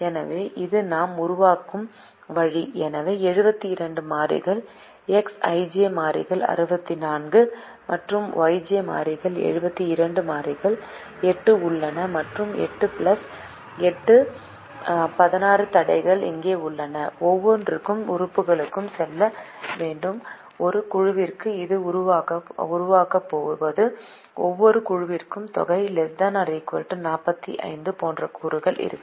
எனவே இது நாம் உருவாக்கும் வழி எனவே 72 மாறிகள் Xij மாறிகள் 64 மற்றும் Yj மாறிகள் 72 மாறிகள் 8 உள்ளன மற்றும் 8 பிளஸ் 8 16 தடைகள் இங்கே உள்ளன இது ஒவ்வொரு உறுப்புக்கும் செல்ல வேண்டும் ஒரு குழுவிற்கு இது உருவாகும்போது ஒவ்வொரு குழுவிற்கும் தொகை ≤ 45 போன்ற கூறுகள் இருக்கும்